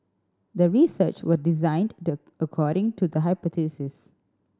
the research was designed according to the hypothesis